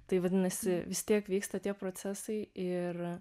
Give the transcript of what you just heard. tai vadinasi vis tiek vyksta tie procesai ir